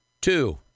Two